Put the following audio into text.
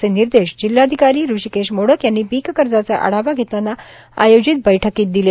असे निर्देश जिल्हाधिकारी हृषीकेश मोडक यांनी पीक कर्जाचा आढावा घेतांना आयोजित बैठकीत दिले